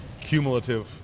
cumulative